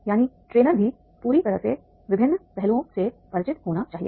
यानी ट्रेनर भी पूरी तरह से विभिन्न पहलुओं से परिचित होना चाहिए